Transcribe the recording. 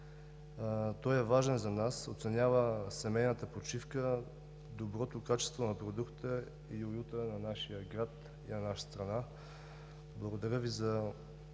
Той е важен за нас, оценява семейната почивка, доброто качество на продукта и уюта на нашия град и на нашата страна. Благодаря Ви още